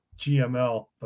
gml